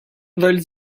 weil